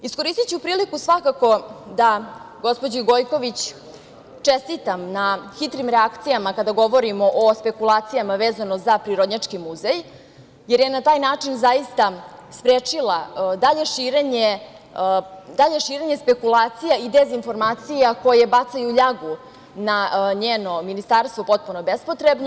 Iskoristiću priliku svakako da gospođi Gojković čestitam na hitrim reakcijama kada govorimo o spekulacijama vezanim za Prirodnjački muzej, jer je na tan način zaista sprečila dalje širenje spekulacija i dezinformacija koje bacaju ljagu na njeno ministarstvo potpuno bespotrebno.